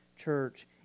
church